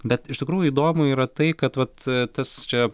bet iš tikrųjų įdomu yra tai kad vat tas čia